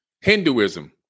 Hinduism